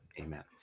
Amen